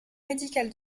médicale